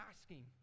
asking